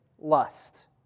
lust